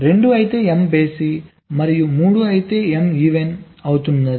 2 అయితే M బేసి మరియు 3 అయితే m ఈవెన్ అవుతుంది